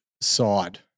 side